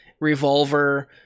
revolver